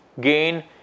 gain